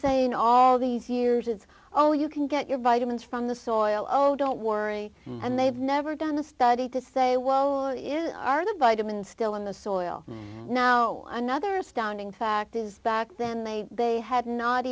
saying all these years is oh you can get your vitamins from the soil oh don't worry and they've never done a study to say whoa you are the vitamin still in the soil now another astounding fact is back then they they had not